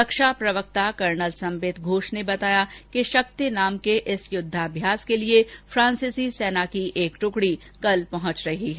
रक्षा प्रवक्ता कर्नल सम्बित घोष ने बताया कि शक्ति नाम के इस युद्धाभ्यास के लिए फांसीसी सेना की एक टुकड़ी कल पहुंच रही है